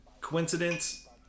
Coincidence